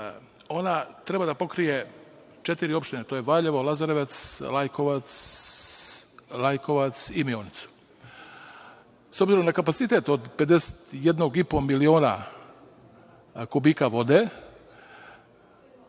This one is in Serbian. ona treba da pokrije četiri opštine: Valjevo, Lazarevac, Lajkovac i Mionicu. S obzirom da je kapacitet od 51,5 miliona kubika vode,